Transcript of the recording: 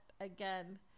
Again